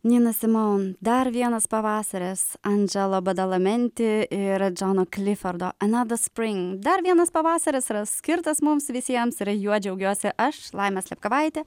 nina simaun dar vienas pavasaris andželo badalamenti ir džono klifordo another spring dar vienas pavasaris yra skirtas mums visiems ir juo džiaugiuosi aš laima slepkovaitė